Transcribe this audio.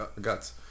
Guts